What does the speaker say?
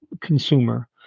consumer